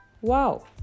wow